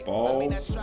Balls